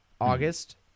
August